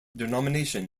denomination